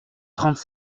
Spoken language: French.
trente